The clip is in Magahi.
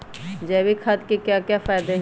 जैविक खाद के क्या क्या फायदे हैं?